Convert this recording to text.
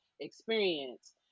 experience